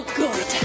good